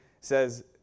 says